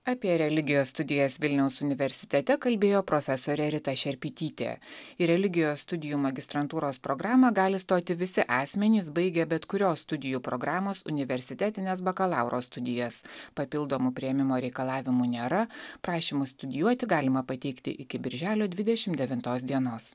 apie religijos studijas vilniaus universitete kalbėjo profesorė rita šerpytytė ir religijos studijų magistrantūros programą gali stoti visi asmenys baigę bet kurios studijų programos universitetines bakalauro studijas papildomo priėmimo reikalavimų nėra prašymus studijuoti galima pateikti iki birželio dvidešim devintos dienos